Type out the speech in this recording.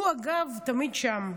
הוא, אגב, תמיד שם.